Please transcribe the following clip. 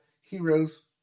Heroes